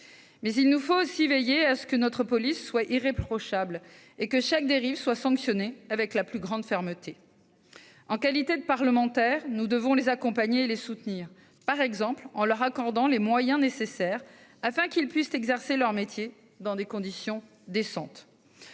Il nous faut aussi veiller à ce que notre police soit irréprochable et que chaque dérive soit sanctionnée avec la plus grande fermeté. En notre qualité de parlementaires, nous devons les accompagner et les soutenir, par exemple en leur accordant les moyens nécessaires à l'exercice de leur métier dans des conditions décentes.